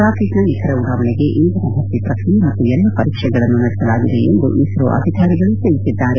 ರಾಕೆಟ್ನ ನಿಖರ ಉಡಾವಣೆಗೆ ಇಂಧನ ಭರ್ತಿ ಪ್ರಕ್ರಿಯೆ ಮತ್ತು ಎಲ್ಲ ಪರೀಕ್ಷೆಗಳನ್ನು ನಡೆಸಲಾಗಿದೆ ಎಂದು ಇಸ್ತೋ ಅಧಿಕಾರಿಗಳು ತಿಳಿಸಿದ್ದಾರೆ